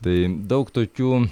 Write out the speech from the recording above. tai daug tokių